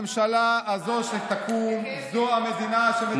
הממשלה הזאת שתקום זו הממשלה שמדינת ישראל,